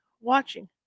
watching